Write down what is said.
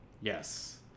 yes